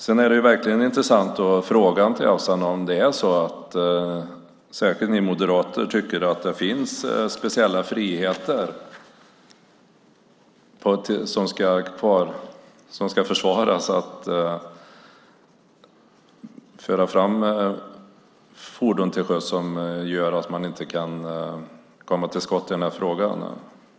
Det är verkligen intressant att fråga Anti Avsan om särskilt ni moderater tycker att det finns speciella friheter som ska försvaras när det gäller att föra fram fordon till sjöss som gör att man inte kan komma till skott i den här frågan.